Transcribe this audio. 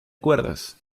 cuerdas